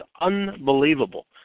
unbelievable